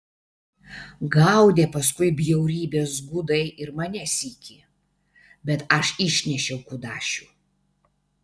gaudė paskui bjaurybės gudai ir mane sykį bet aš išnešiau kudašių